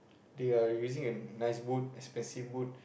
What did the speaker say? they're using a nice boot expensive boot